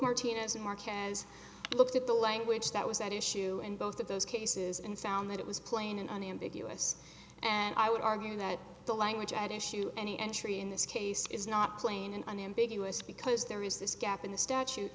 martinez and mark as looked at the language that was at issue and both of those cases and found that it was plain and unambiguous and i would argue that the language at issue any entry in this case is not plain and unambiguous because there is this gap in the statute